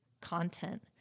content